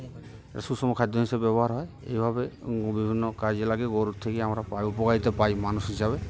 এ সুষম খাদ্য হিসেবে ব্যবহার হয় এইভাবে বিভিন্ন কাজে লাগে গরুর থেকে আমরা পাই উপকারিতা পাই মানুষ হিসাবে